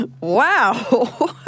wow